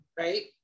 right